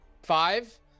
Five